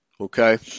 Okay